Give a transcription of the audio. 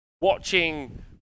watching